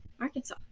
Arkansas